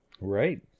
Right